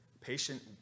patient